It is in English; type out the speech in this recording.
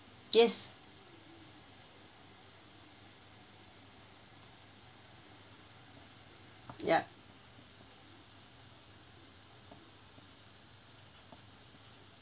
yes ya